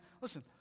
listen